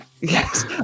Yes